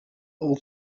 all